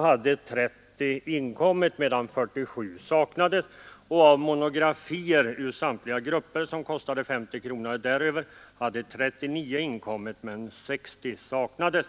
hade 30 inkommit medan 47 saknades. Av monografier ur samtliga grupper, som kostade 50 kronor eller däröver, hade 39 inkommit medan 60 saknades.